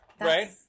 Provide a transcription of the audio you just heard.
right